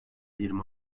yirmi